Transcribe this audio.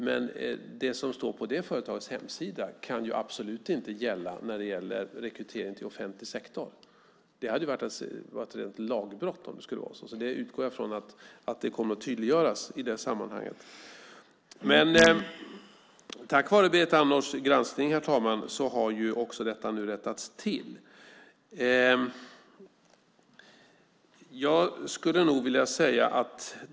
Men det som står på det företagets hemsida kan absolut inte gälla rekrytering till offentlig sektor. Det skulle vara ett lagbrott om det var så. Jag utgår från att det kommer att tydliggöras i det sammanhanget. Tack vare Berit Andnors granskning har detta nu rättats till.